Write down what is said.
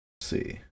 See